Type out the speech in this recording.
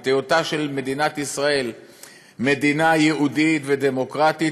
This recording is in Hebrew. את היותה של מדינת ישראל מדינה יהודית ודמוקרטית,